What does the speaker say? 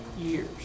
years